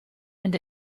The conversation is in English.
and